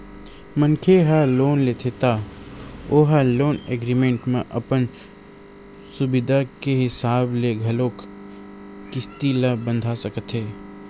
मनखे ह लोन लेथे त ओ ह लोन एग्रीमेंट म अपन सुबिधा के हिसाब ले घलोक किस्ती ल बंधा सकथे